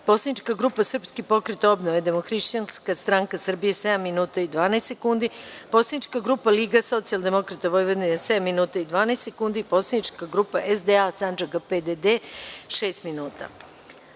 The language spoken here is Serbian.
Poslanička grupa Srpski pokret obnove, Demohrišćanska stranka Srbije – 7 minuta i 12 sekundi; Poslanička grupa Liga socijaldemokrata Vojvodine – 7 minuta i 12 sekundi; Poslanička grupa SDA SANDžAKA – PDD – 6